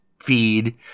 feed